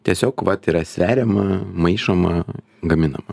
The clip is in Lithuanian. tiesiog vat yra sveriama maišoma gaminama